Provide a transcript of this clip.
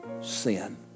sin